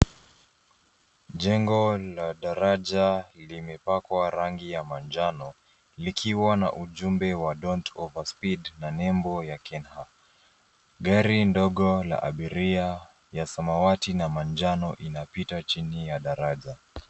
Jengo na daraja limepakwa rangi ya manjano, likiwa na ujumbe don't overspeed na nembo ya KENHA.Gari ndogo la abiria ya samawati na manjano, inapita chini ya daraja.